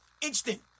Instant